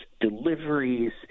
deliveries